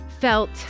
felt